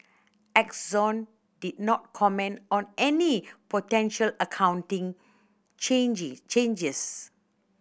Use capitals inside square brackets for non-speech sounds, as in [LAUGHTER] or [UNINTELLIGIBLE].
Exxon did not comment on any potential accounting [UNINTELLIGIBLE] changes